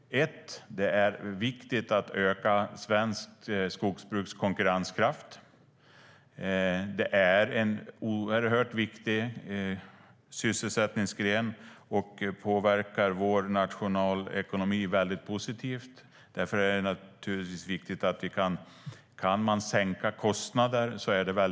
Det är viktigt att öka svenskt skogsbruks konkurrenskraft då det är en oerhört viktig sysselsättningsgren, och det påverkar vår nationalekonomi positivt. Därför är det naturligtvis bra om man kan sänka kostnader.